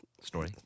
story